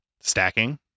stacking